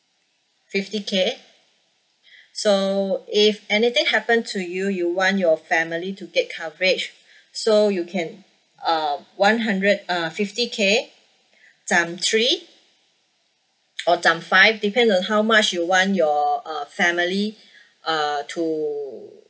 fifty K so if anything happen to you you want your family to take coverage so you can uh one hundred uh fifty K times three or times five depends on how much you want your uh family uh to